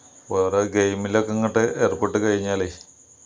വേറെ ഗെയിമിലൊക്കെ അങ്ങോട്ട് ഏർപ്പെട്ടു കഴിഞ്ഞാലേ